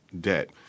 debt